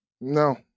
No